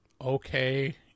okay